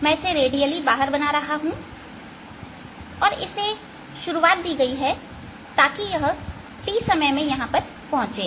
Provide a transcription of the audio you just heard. मैं इसे रेडियली बाहर बना रहा हूं और इसे एक शुरुआत दी गई है ताकि यह t समय में यहां पहुंचे